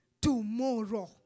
tomorrow